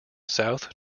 south